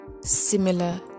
similar